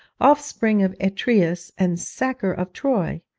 offspring of atreus, and sacker of troy